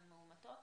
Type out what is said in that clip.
הן מאומתות,